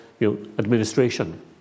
administration